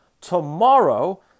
tomorrow